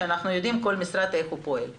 שאנחנו נדע איך פועל כל משרד.